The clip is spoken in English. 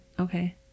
Okay